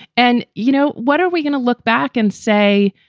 and, you know, what? are we going to look back and say,